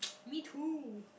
me too